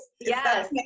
Yes